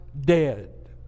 dead